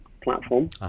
platform